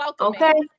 Okay